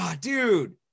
dude